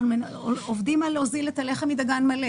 אנחנו עובדים על הוזלת הלחם מדגן מלא.